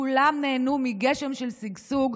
כולם נהנו מגשם של שגשוג.